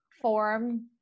form